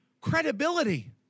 credibility